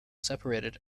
separated